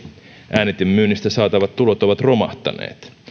äänitemyynnistä saatavat tulot ovat romahtaneet